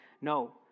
No